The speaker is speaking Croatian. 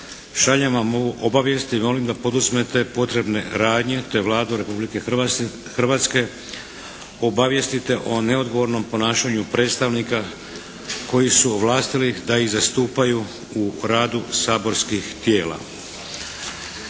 šaljem vam ovu obavijest i molim da poduzmete potrebne radnje te Vladu Republike Hrvatske obavijestite o neodgovornom ponašanju predstavnika koje su ovlastiti da ih zastupaju u radu saborskih tijela.